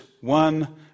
one